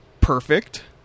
perfect